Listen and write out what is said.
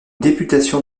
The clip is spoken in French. députation